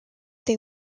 they